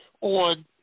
on